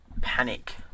Panic